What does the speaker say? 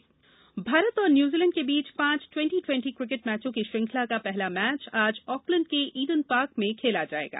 cricket Bharat और New Zealand के बीच पांच टवेंटी टवेंटी क्रिकेट मैचों की श्रंखला का पहला मैच आज ऑकलैंड के ईडन पार्क में खेला जाएगा